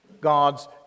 God's